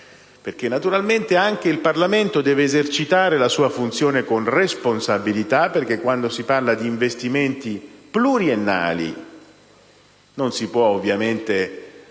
perché naturalmente anche il Parlamento deve esercitare la sua funzione con responsabilità, dato che quando si parla di investimenti pluriennali non si può cambiare